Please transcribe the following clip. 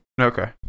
Okay